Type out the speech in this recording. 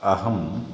अहम्